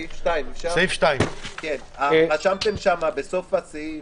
סעיף 2. רשמתם בסוף הסעיף